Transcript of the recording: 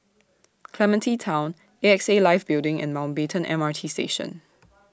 Clementi Town A X A Life Building and Mountbatten M R T Station